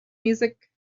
music